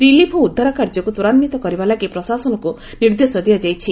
relief ଓ ଉଦ୍ଧାର କାର୍ଯ୍ୟକୁ ତ୍ୱରାନ୍ୱିତ କରିବା ଲାଗି ପ୍ରଶାସନକ୍ର ନିର୍ଦ୍ଦେଶ ଦିଆଯାଇଛି